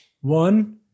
One